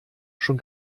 schon